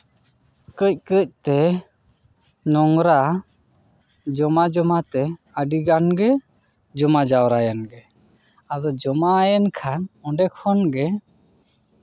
ᱠᱟᱹᱡ ᱠᱟᱹᱡᱛᱮ ᱱᱚᱝᱨᱟ ᱡᱚᱢᱟ ᱡᱚᱢᱟᱛᱮ ᱟᱹᱰᱤ ᱜᱟᱱ ᱜᱮ ᱡᱚᱢᱟ ᱡᱟᱣᱨᱟᱭᱮᱱ ᱜᱮ ᱟᱫᱚ ᱡᱚᱢᱟᱭᱮᱱ ᱠᱷᱟᱱ ᱚᱸᱰᱮ ᱠᱷᱚᱱ ᱜᱮ